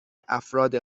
افراد